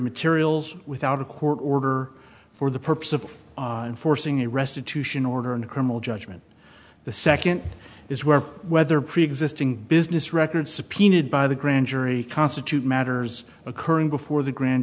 materials without a court order for the purpose of forcing a restitution order and a criminal judgment the second is where whether preexisting business records subpoenaed by the grand jury constitute matters occurring before the grand